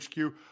HQ